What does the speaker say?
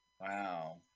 Wow